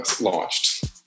launched